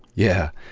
yeah.